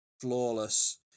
flawless